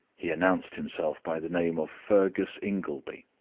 he announced himself by the name of fergus ingleby.